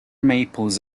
maples